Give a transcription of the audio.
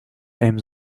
aims